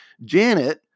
Janet